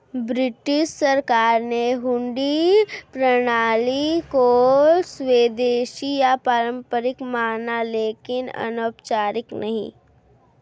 British सरकार ने हुंडी प्रणाली को स्वदेशी या पारंपरिक माना लेकिन अनौपचारिक नहीं